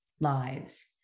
lives